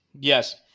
Yes